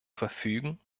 verfügen